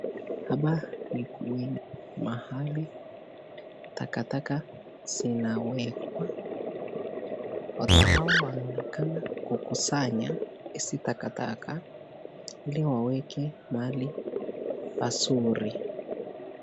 Hapa ni mahali takataka zinawekwa, watoto hao wanaonekana kukusanya hizi takataka, ili waweke mahali pazuri.